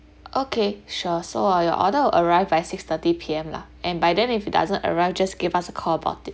okay sure so ah your order will arrive by six thirty P_M lah and by then if it doesn't arrive just give us a call about it